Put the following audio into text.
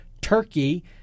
Turkey